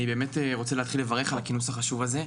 אני באמת רוצה לברך על הכינוס החשוב הזה.